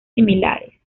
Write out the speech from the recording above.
similares